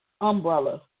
umbrella